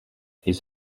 his